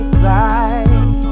side